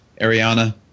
Ariana